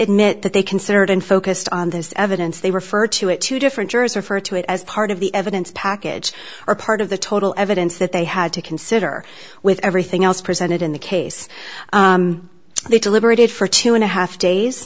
admit that they considered and focused on this evidence they refer to it two different jurors are for to it as part of the evidence package or part of the total evidence that they had to consider with everything else presented in the case they deliberated for two and a half days